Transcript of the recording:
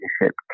leadership